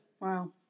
Wow